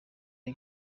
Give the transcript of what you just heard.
iya